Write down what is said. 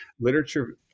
Literature